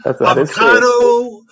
Avocado